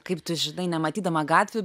kaip tu žinai nematydama gatvių